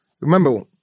Remember